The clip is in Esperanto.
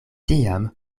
tiam